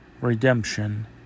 redemption